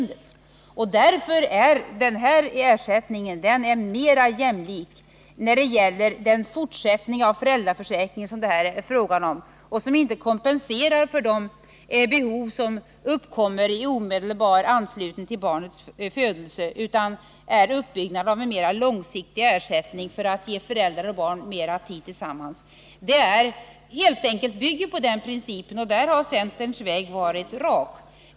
Därför är denna ersättning mer jämlik. Den skall inte kompensera för det behov som uppkommer i omedelbar anslutning till barnets födelse utan är uppbyggd såsom en mer långsiktig ersättning för att ge föräldrar och barn mer tid tillsammans. Där har centerns väg varit rak.